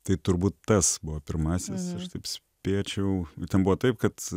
tai turbūt tas buvo pirmasis aš taip spėčiau ten buvo taip kad